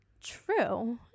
true